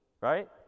right